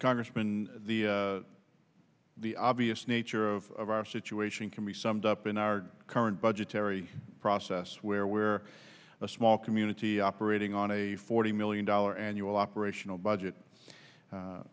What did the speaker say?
congressman the the obvious nature of our situation can be summed up in our current budgetary s where we're a small community operating on a forty million dollar annual operational budget